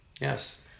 Yes